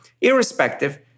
Irrespective